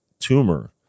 tumor